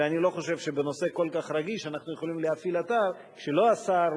ואני לא חושב שבנושא כל כך רגיש אנחנו יכולים להפעיל אתר כשלא השר,